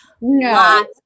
No